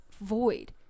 void